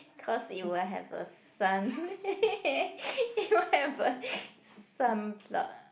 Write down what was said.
cause you will have a son you will have a